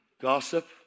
Gossip